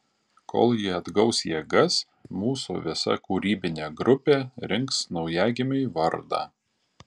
kol ji atgaus jėgas mūsų visa kūrybinė grupė rinks naujagimiui vardą